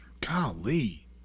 golly